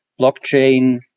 blockchain